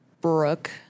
Brooke